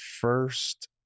first